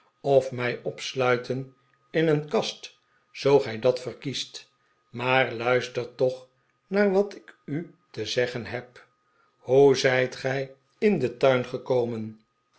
of mij opsluiten in een kast zoo gij dat verkiesti maar luistert toch naar wat ik u te zeggen heb hoe zij't gij in den tuin gekomen